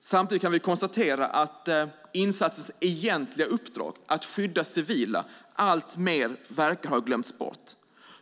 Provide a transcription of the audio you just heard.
Samtidigt kan vi konstatera att insatsens egentliga uppdrag - att skydda civila - alltmer verkar ha glömts bort.